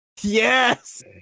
Yes